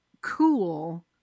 cool